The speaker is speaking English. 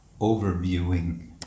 overviewing